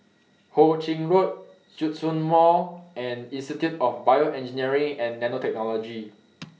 Ho Ching Road Djitsun Mall and Institute of Bioengineering and Nanotechnology